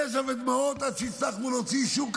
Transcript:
יזע ודמעות עד שהצלחנו להוציא אישור,